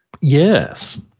yes